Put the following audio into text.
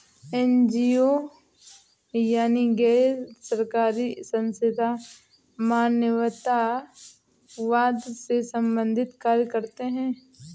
NGO यानी गैर सरकारी संस्थान मानवतावाद से संबंधित कार्य करते हैं